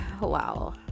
wow